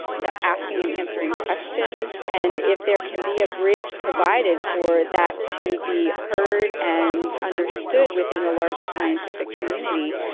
to asking and answering questions. and if there can be a bridge provided for that to be heard and understood within the larger scientific community,